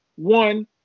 one